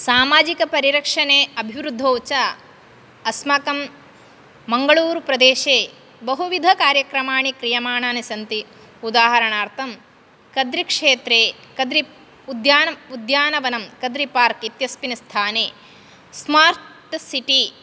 सामाजिकपरिरक्षणे अभिवृद्धौ च अस्माकं मङ्गलूरु प्रदेशे बहुविधकार्यक्रमाणि क्रियमाणानि सन्ति उदाहरणार्थं कद्रिक्षेत्रे कद्रि उद्यानम् उद्यानवनं कद्रिपार्क् इत्यस्मिन् स्थाने स्मार्ट् सिटि